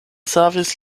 savis